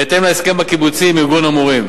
בהתאם להסכם הקיבוצי עם ארגון המורים.